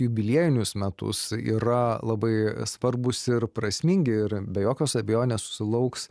jubiliejinius metus yra labai svarbūs ir prasmingi ir be jokios abejonės sulauks